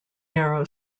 narrow